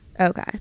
Okay